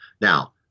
now